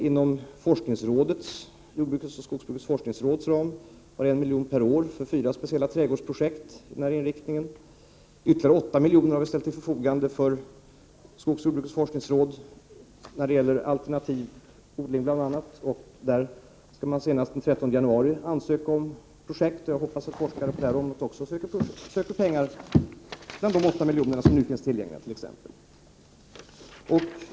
Inom skogsoch jordbrukets forskningsråds ram avsätts 1 milj.kr. per år för fyra speciella trädgårdsprojekt med denna inriktning. Ytterligare 8 milj.kr. har ställts till skogsoch jordbrukets forskningsråds förfogande för bl.a. alternativodling, och man kan senast den 13 januari ansöka om pengar till projekt. Jag hoppas att forskare också på detta område söker pengar bland dessa 8 miljoner som nu finns tillgängliga.